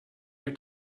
your